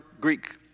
Greek